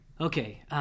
Okay